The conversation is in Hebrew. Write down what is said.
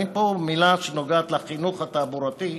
אני אגיד מילה שנוגעת לחינוך התעבורתי,